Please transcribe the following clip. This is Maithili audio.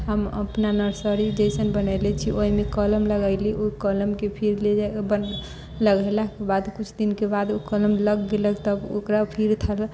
हम अपना नर्सरी जैसन बनेने छी ओहिमे कलम लगेलीह ओ कलमके फेर ले जाके लगेलाके बाद कुछ दिनके बाद ओ कलम लग गेलै तब ओकरा फिर थल